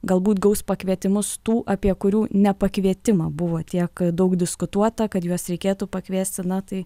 galbūt gaus pakvietimus tų apie kurių nepakvietimą buvo tiek daug diskutuota kad juos reikėtų pakviesti na tai